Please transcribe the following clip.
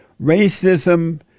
racism